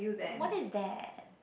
what is that